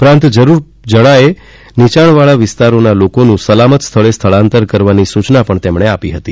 ઉપરાંત જરૂર જણાયે નીચાણવાળા વિસ્તારના લોકોનું સલામત સ્થળે સ્થળાંતર કરવાની સૂચના પણ તેમણે આપી હતી